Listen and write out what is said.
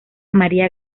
maría